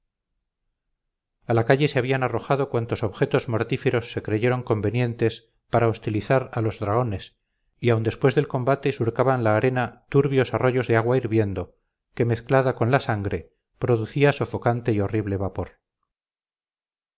a la calle se habían arrojado cuantos objetos mortíferos se creyeron convenientes para hostilizar a los dragones y aun después del combate surcaban la arena turbios arroyos de agua hirviendo que mezcladacon la sangre producía sofocante y horrible vapor